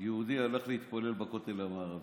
יהודי הלך להתפלל בכותל המערבי,